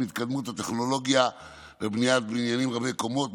עם התקדמות הטכנולוגיה ובניית בניינים רבי-קומות,